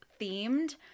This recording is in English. themed